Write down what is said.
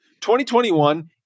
2021